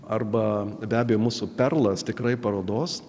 arba be abejo mūsų perlas tikrai parodos